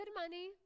money